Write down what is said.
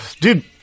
dude